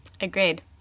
Agreed